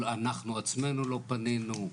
אנחנו עצמנו לא פנינו,